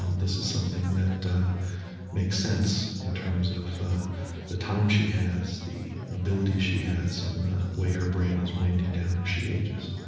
um this is something that makes sense in terms of the time she has, the abilities she has, and the way her brain is winding down as she ages